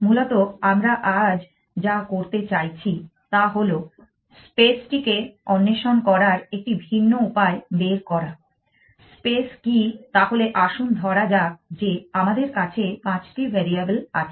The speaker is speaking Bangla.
মূলত আমরা আজ যা করতে চাইছি তা হলো স্পেস টিকে অন্বেষণ করার একটি ভিন্ন উপায় বের করা স্পেস কি তাহলে আসুন ধরা যাক যে আমাদের কাছে পাঁচটি ভ্যারিয়েবল আছে